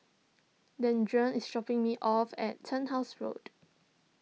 Deirdre is dropping me off at Turnhouse Road